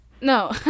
No